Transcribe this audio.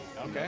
Okay